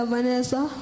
Vanessa